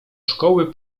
szkoły